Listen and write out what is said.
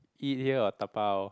eat here or dabao